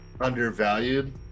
undervalued